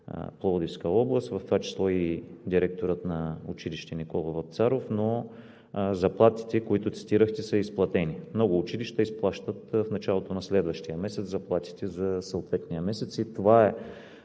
Пловдивска област, в това число и директорът на училище „Никола Вапцаров, но заплатите, които цитирахте, са изплатени. Много училища изплащат в началото на следващия месец заплатите за съответния месец и това е,